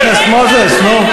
חבר הכנסת מוזס, נו.